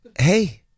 hey